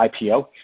IPO